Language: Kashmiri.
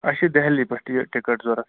اَسہِ چھِ دہلی پٮ۪ٹھ یہِ ٹِکَٹ ضوٚرَتھ